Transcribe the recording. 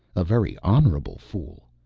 a very honorable fool!